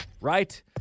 right